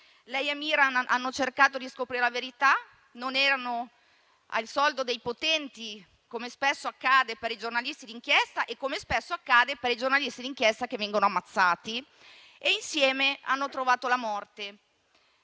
Lei e Miran hanno cercato di scoprire la verità. Non erano al soldo dei potenti, come spesso accade per i giornalisti d'inchiesta e come spesso accade per i giornalisti d'inchiesta che vengono ammazzati, e insieme hanno trovato la morte.